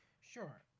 Sure